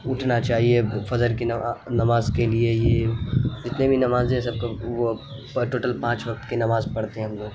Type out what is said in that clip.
اٹھنا چاہیے فجر کی نماز کے لیے یہ جتنے بھی نمازیں سب کو وہ ٹوٹل پانچ وقت کی نماز پڑھتے ہیں ہم لوگ